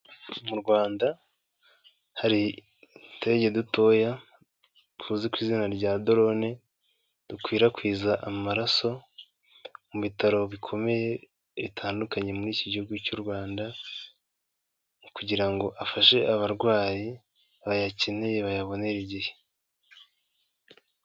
Mu Rwanda hari utudege dutoya tuzwi ku izina rya drone dukwirakwiza amaraso mu bitaro bikomeye bitandukanye muri iki gihugu cy'u Rwanda kugira ngo afashe abarwayi bayakeneye, bayabonere igihe.